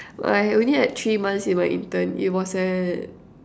I only had three months in my intern it was at